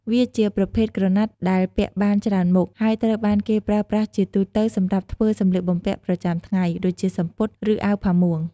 វាជាប្រភេទក្រណាត់ដែលពាក់បានច្រើនមុខ ហើយត្រូវបានគេប្រើប្រាស់ជាទូទៅសម្រាប់ធ្វើ សម្លៀកបំពាក់ប្រចាំថ្ងៃ ដូចជាសំពត់ ឬអាវផាមួង។